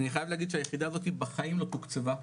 אני חייב להגיד, שהיחידה הזאתי, בחיים לא תוקצבה,